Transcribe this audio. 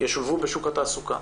ישולבו בשוק התעסוקה.